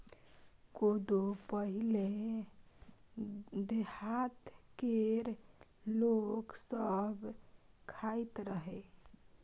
कोदो पहिले देहात केर लोक सब खाइत रहय